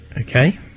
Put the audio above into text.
Okay